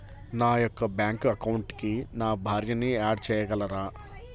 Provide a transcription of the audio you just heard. నా యొక్క బ్యాంక్ అకౌంట్కి నా భార్యని యాడ్ చేయగలరా?